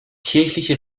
kirchliche